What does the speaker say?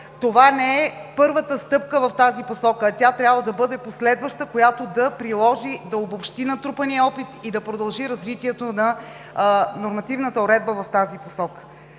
това не е първата стъпка в тази посока, а тя трябва да бъде последваща, която да приложи, да обобщи натрупания опит и да продължи развитието на нормативната уредба в тази посока.